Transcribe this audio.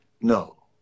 no